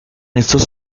estos